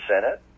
Senate